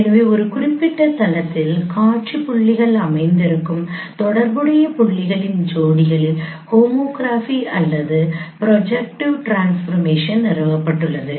எனவே ஒரு குறிப்பிட்ட தளத்தில் காட்சி புள்ளிகள் அமைந்திருக்கும் தொடர்புடைய புள்ளிகளின் ஜோடிகளில் ஹோமோகிராபி அல்லது ப்ரொஜெக்ட்டிவ் ட்ரான்ஸ்பர்மேஷன் நிறுவப்பட்டுள்ளது